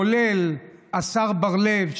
כולל השר בר לב,